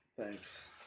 Thanks